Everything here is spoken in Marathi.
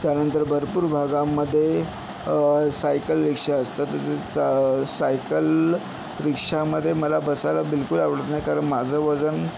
त्यानंतर भरपूर भागांमध्ये सायकल रिक्शा असतात तर त्याच सायकल रिक्शामध्ये मला बसायला बिलकुल आवडत नाही कारण माझं वजन